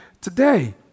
today